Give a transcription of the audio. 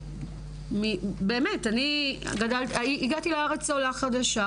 אני הגעתי לארץ עולה חדשה,